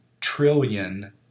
trillion